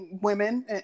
women